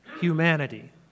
humanity